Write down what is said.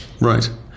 Right